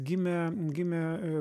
gimė gimė